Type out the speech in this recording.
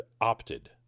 opted